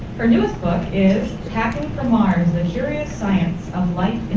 her newest book is packing for mars the curious science of life